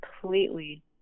completely